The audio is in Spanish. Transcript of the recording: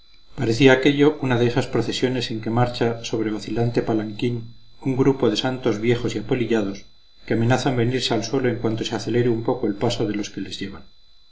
parecía aquello una de esas procesiones en que marcha sobre vacilante palanquín un grupo de santos viejos y apolillados que amenazan venirse al suelo en cuanto se acelere un poco el paso de los que les llevan